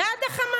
היא בעד החמאס.